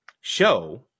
show